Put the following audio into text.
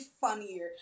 funnier